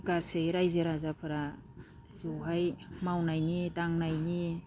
गासै रायजो राजाफोरा जयै मावनायनि दांनायनि